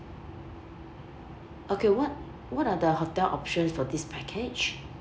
okay what what are the hotel options for this package